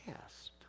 past